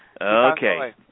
Okay